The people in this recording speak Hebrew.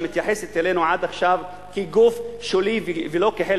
שמתייחסת אלינו עד עכשיו כאל גוף שולי ולא כאל